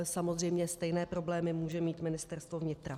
Samozřejmě stejné problémy může mít Ministerstvo vnitra.